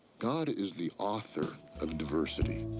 god is the author of diversity.